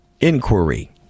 inquiry